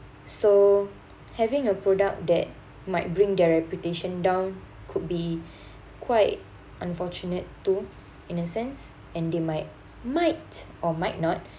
so having a product that might bring their reputation down could be quite unfortunate too in a sense and they might might or might not